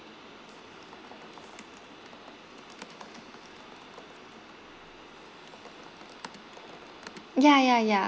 yeah yeah yeah